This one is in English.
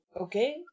okay